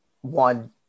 one